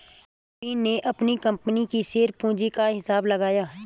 प्रवीण ने अपनी कंपनी की शेयर पूंजी का हिसाब लगाया